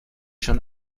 schon